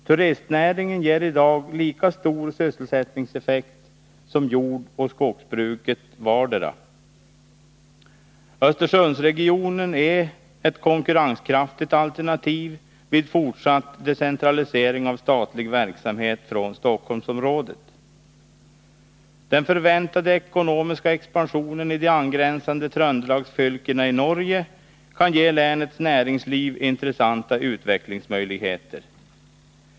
Turistnäringen ger i dag lika stor sysselsättningseffekt som jordoch skogsbruket vartdera. Östersundsregionen är ett konkurrenkraftigt alternativ vid fortsatt decentralisering av statlig verksamhet från Stockholmsområdet. Den förväntade ekonomiska expansionen i de angränsande Tröndelagsfylkena i Norge kan ge länets näringsliv intressanta utvecklingsmöjligheter.